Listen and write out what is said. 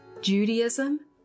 Judaism